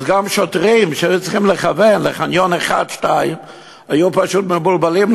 וגם שוטרים שהיו צריכים לכוון לחניון 2-1 היו פשוט מבולבלים,